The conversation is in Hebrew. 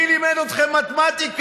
מי לימד אתכם מתמטיקה?